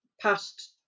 past